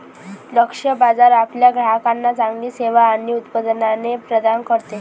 लक्ष्य बाजार आपल्या ग्राहकांना चांगली सेवा आणि उत्पादने प्रदान करते